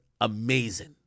amazing